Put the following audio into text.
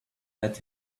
let